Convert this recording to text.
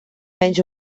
menys